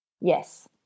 yes